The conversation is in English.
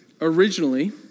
Originally